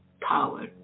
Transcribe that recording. power